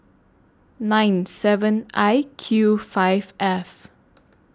nine seven I Q five F